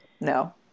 no